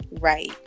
right